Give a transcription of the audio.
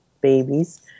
babies